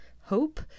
Hope